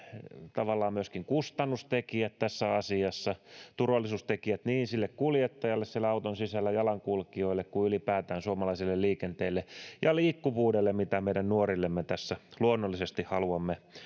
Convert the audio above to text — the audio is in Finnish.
tavallaan myöskin kustannustekijät tässä asiassa turvallisuustekijät niin sille kuljettajalle siellä auton sisällä jalankulkijoille kuin ylipäätään suomalaiselle liikenteelle ja liikkuvuudelle jonka meidän nuorillemme tässä luonnollisesti haluamme